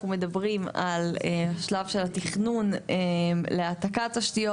מדברים על שלב התכנון להעתקת תשתיות,